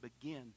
begin